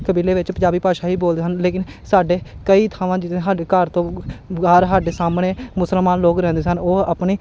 ਕਬੀਲੇ ਵਿੱਚ ਪੰਜਾਬੀ ਭਾਸ਼ਾ ਹੀ ਬੋਲਦੇ ਹਨ ਲੇਕਿਨ ਸਾਡੇ ਕਈ ਥਾਵਾਂ ਜਿਵੇਂ ਸਾਡੇ ਘਰ ਤੋਂ ਬਾਹਰ ਸਾਡੇ ਸਾਹਮਣੇ ਮੁਸਲਮਾਨ ਲੋਕ ਰਹਿੰਦੇ ਸਨ ਉਹ ਆਪਣੀ